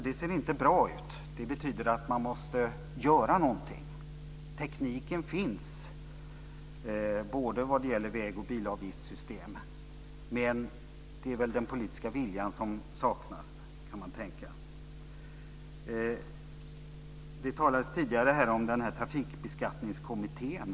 Det ser inte bra ut. Det betyder att man måste göra någonting. Tekniken finns, både vad gäller väg och bilavgiftssystem, men det är den politiska viljan som saknas, kan man tänka. Det talades tidigare om trafikbeskattningskommittén.